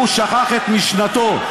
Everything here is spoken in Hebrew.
הוא שכח את משנתו.